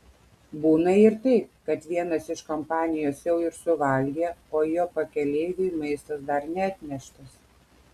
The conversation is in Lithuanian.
būna ir taip kad vienas iš kompanijos jau ir suvalgė o jo pakeleiviui maistas dar neatneštas